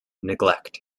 neglect